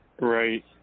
Right